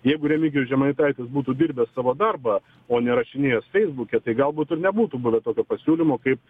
jeigu remigijus žemaitaitis būtų dirbęs savo darbą o ne rašinėjęs feisbuke tai galbūt ir nebūtų buvę tokio pasiūlymo kaip